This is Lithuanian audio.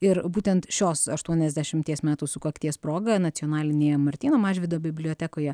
ir būtent šios aštuoniasdešimties metų sukakties proga nacionalinėje martyno mažvydo bibliotekoje